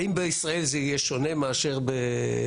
האם בישראל זה יהיה שונה מאשר באירופה?